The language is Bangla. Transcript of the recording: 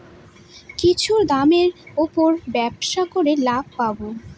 কিছুর দামের উপর ব্যবসা করে লাভ পাবো